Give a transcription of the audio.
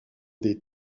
des